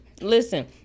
listen